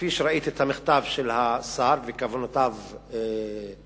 כפי שראיתי את המכתב של השר וכוונותיו המוצהרות,